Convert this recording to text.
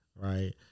right